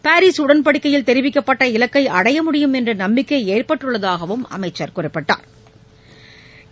Paris உடன்படிக்கையில் தெரிவிக்கப்பட்ட இலக்கைஅடைய முடியும் என்றநம்பிக்கைஏற்பட்டுள்ளதாகவும் அவர் குறிப்பிட்டா்